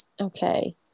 okay